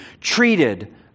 treated